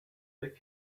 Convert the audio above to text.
فکر